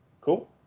cool